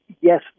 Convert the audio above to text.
yes